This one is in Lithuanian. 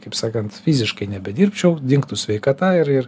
kaip sakant fiziškai nebedirbčiau dingtų sveikata ir ir